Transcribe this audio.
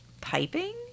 piping